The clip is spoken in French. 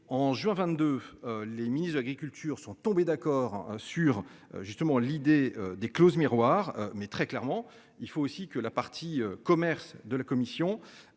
en juin 22. Les ministre de l'Agriculture sont tombés d'accord sur justement l'idée des clauses miroirs mais très clairement, il faut aussi que la partie commerce de la commission